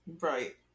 Right